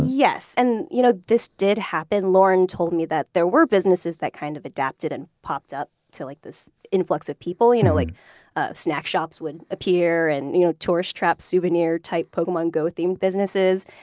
yes. and you know this did happen. lauren told me that there were businesses that kind of adapted and popped up to like this influx of people, you know like snack shops would appear and you know tourist trap, souvenir type, pokemon go themed businesses.